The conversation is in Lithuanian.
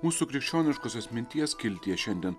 mūsų krikščioniškosios minties skiltyje šiandien